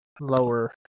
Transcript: lower